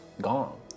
gone